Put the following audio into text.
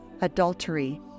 adultery